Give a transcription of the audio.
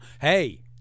hey